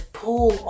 pull